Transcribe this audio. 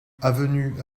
avenue